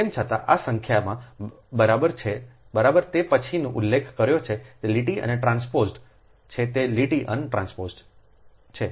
તેમ છતાં આ સંખ્યામાં બરાબર તે પછીનો ઉલ્લેખ કર્યો છે કે લીટી અન ટ્રાન્સપોઝ્ડ છે તે લીટી અન ટ્રાન્સપોઝ્ડ છે